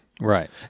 right